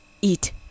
eat